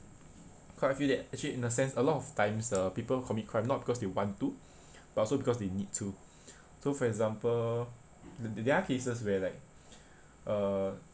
cause I feel that actually in a sense a lot of times uh people commit crime not because they want to but also because they need to so for example there are cases where like uh